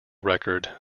record